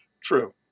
true